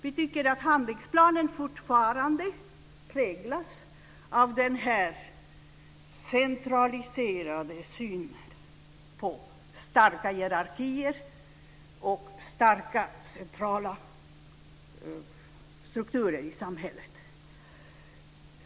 Vi tycker att handlingsplanen fortfarande präglas av den centraliserade synen, med starka hierarkier och starka centrala strukturer i samhället.